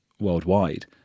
worldwide